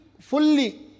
fully